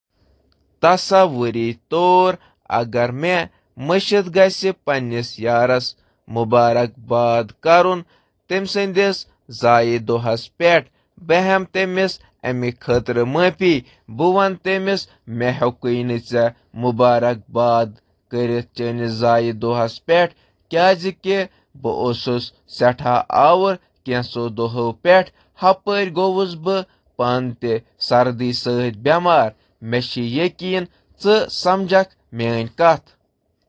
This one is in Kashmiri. تصور کٔرِو، اگر بہٕ پننِس دوستس تٔمۍ سٕنٛدِس زایہِ دۄہَس پٮ۪ٹھ مبارک باد دِنۍ مٔشِد امہِ برٛونٛہہ زِ بہٕ چھُس أمِس معٲفی منٛگان تہٕ وَنان زِ بہٕ اوسُس آوُر تہٕ سرد موسمہٕ کِنۍ گوٚو بہٕ بٮ۪مار۔